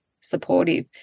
supportive